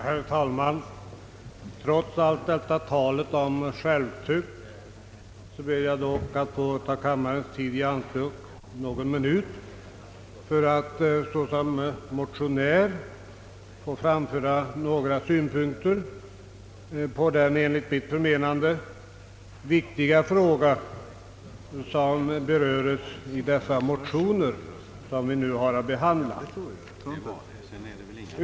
Herr talman! Trots allt tal om självtukt ber jag att få ta ett par minuter av kammarens tid i anspråk för att såsom motionär framföra några synpunkter på den enligt mitt förmenande viktiga fråga som berörs i de motioner vi nu har att behandla.